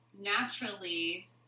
naturally